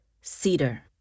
cedar